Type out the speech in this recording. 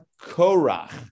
Korach